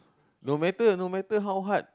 no matter no matter how hard